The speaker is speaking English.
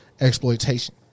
exploitation